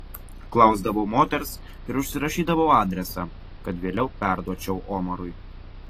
klausdavau moters ir užsirašydavau adresą kad vėliau perduočiau omarui